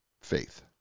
Faith